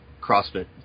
CrossFit